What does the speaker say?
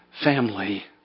family